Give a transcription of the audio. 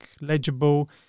legible